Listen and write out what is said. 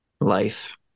life